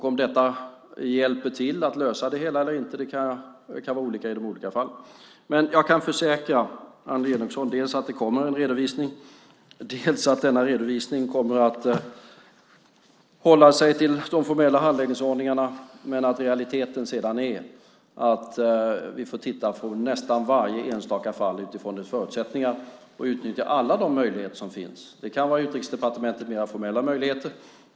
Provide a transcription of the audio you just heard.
Om detta hjälper till att lösa det hela eller inte kan vara olika i de olika fallen. Jag kan försäkra Annelie Enochson dels att det kommer en redovisning, dels att denna redovisning kommer att hålla sig till de formella handläggningsordningarna. Men i realiteten får vi titta på nästan varje enstaka fall utifrån dess förutsättningar och utnyttja alla de möjligheter som finns. Det kan vara Utrikesdepartementets mer formella möjligheter.